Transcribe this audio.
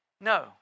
No